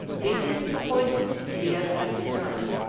deeply disappointed, diaz had to turn.